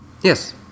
Yes